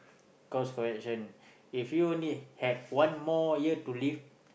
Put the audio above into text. cost correction if you need had one more year to live